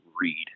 read